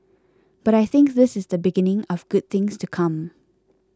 but I think this is the beginning of good things to come